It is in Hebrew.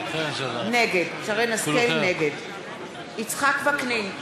נגד יצחק וקנין,